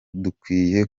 dukwiye